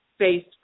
Facebook